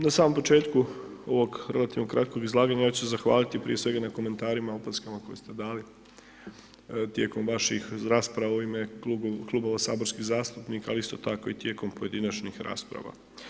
Na samom početku ovog relativno kratkog izlaganja ja ću se zahvaliti prije svega na komentarima, opaskama koje ste dali tijekom vaših rasprava u ime klubova saborskih zastupnika ali isto tako i tijekom pojedinačnih rasprava.